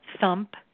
thump